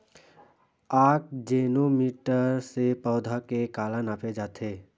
आकजेनो मीटर से पौधा के काला नापे जाथे?